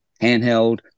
handheld